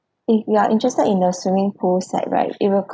if you are interested in the swimming pool side right it will